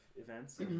events